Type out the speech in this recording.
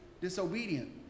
disobedient